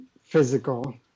physical